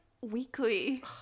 weekly